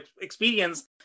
experience